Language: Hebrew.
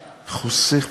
חוסך,